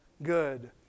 good